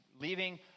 leaving